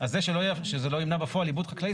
אז זה שזה לא ימנע בפועל עיבוד חקלאי,